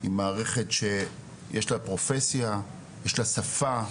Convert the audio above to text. היא מערכת שיש לה פרופסיה, יש לה שפה,